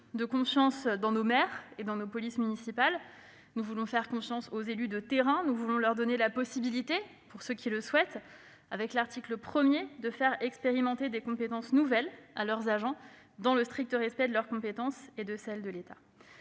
d'abord dans nos maires et nos polices municipales : nous voulons faire confiance aux élus de terrain ; nous voulons donner la possibilité, avec l'article 1, à ceux qui le souhaitent de faire expérimenter des compétences nouvelles à leurs agents, dans le strict respect de leurs compétences et de celles de l'État.